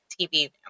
TV